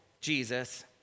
Jesus